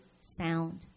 sound